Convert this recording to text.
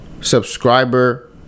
subscriber